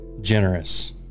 generous